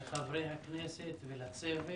לחברי הכנסת ולצוות.